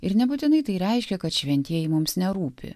ir nebūtinai tai reiškia kad šventieji mums nerūpi